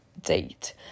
date